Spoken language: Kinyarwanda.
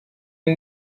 iyi